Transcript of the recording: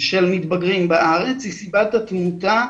של מתבגרים בארץ היא סיבת התמותה,